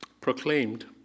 proclaimed